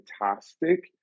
fantastic